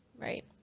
right